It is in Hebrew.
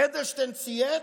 אדלשטיין צייץ,